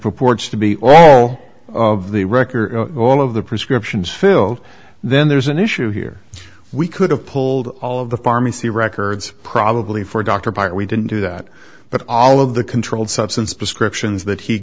purports to be all of the record all of the prescriptions filled then there's an issue here we could have pulled all of the pharmacy records probably for dr parker we didn't do that but all of the controlled substance prescriptions that he